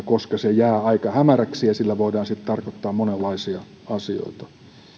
koska se jää aika hämäräksi ja sillä voidaan sitten tarkoittaa monenlaisia asioita